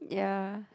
yeah